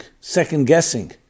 second-guessing